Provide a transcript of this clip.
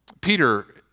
Peter